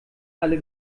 alle